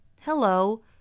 Hello